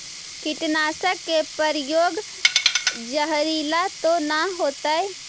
कीटनाशक के प्रयोग, जहरीला तो न होतैय?